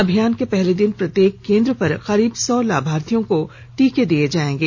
अभियान के पहले दिन प्रत्येक केन्द्र पर करीब सौ लाभार्थियों को टीर्के दिए जाएंगे